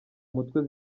mutwe